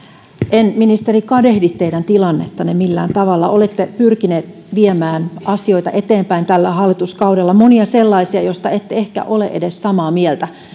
en ministeri kadehdi teidän tilannettanne millään tavalla olette pyrkinyt viemään asioita eteenpäin tällä hallituskaudella monia sellaisia joista ette ehkä ole edes samaa mieltä teitä